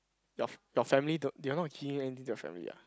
your f~ your family don't you're not giving anything to your family ah